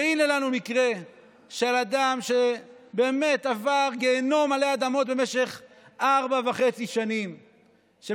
הינה לנו מקרה של אדם שבאמת עבר גיהינום עלי אדמות במשך ארבע שנים וחצי,